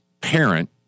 parent